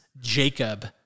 Jacob